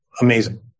amazing